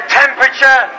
temperature